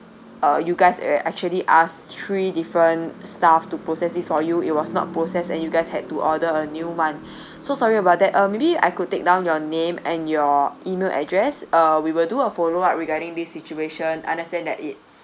uh you guys are actually asked three different staff to process this for you it was not process and you guys had to order a new [one] so sorry about that uh maybe I could take down your name and your email address uh we will do a follow up regarding this situation understand that it